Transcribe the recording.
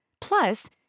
Plus